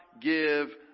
give